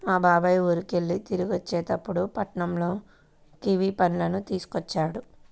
మా బాబాయ్ ఊరికెళ్ళి తిరిగొచ్చేటప్పుడు పట్నంలో కివీ పళ్ళను తీసుకొచ్చాడు